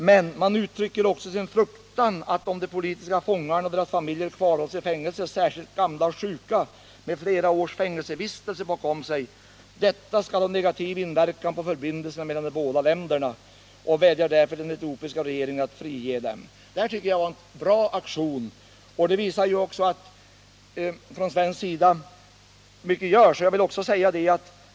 Gruppen uttrycker sin fruktan för att om de politiska fångarna och deras familjer kvarhålls i fängelse, särskilt gamla och sjuka med flera års fängelsevistelser bakom sig, så skall detta ha en negativ inverkan på förbindelserna mellan de båda länderna. Därför vädjar gruppen till den etiopiska regeringen att frige dem. Jag tycker att detta var en bra aktion som visar att mycket görs från svensk sida.